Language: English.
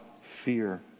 fear